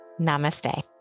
Namaste